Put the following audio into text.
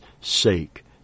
sake